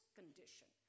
condition